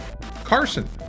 Carson